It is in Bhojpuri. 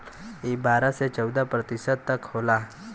ई बारह से चौदह प्रतिशत तक होला